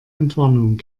entwarnung